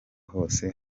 hose